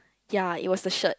ya it was a shirt